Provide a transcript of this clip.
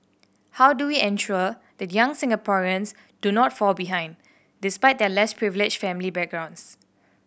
how do we ensure that young Singaporeans do not fall behind despite their less privileged family backgrounds